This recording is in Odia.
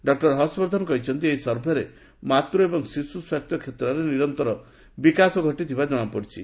ଡକ୍ଟର ହର୍ଷବର୍ଦ୍ଧନ କହିଛନ୍ତି ଏହି ସର୍ଭେରେ ମାତୃ ଏବଂ ଶିଶୁ ସ୍ୱାସ୍ଥ୍ୟ କ୍ଷେତ୍ରରେ ନିରନ୍ତର ବିକାଶ ଘଟିଥିବା ଜଣାପଡ଼ିଛି